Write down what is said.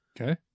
Okay